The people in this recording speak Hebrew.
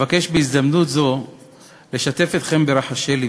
אבקש בהזדמנות זו לשתף אתכם ברחשי לבי.